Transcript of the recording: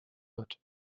wird